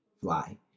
Fly